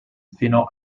sino